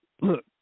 Look